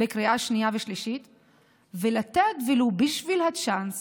בקריאה שנייה ושלישית ולתת, ולו בשביל הצ'אנס